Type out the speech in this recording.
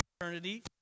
eternity